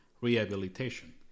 rehabilitation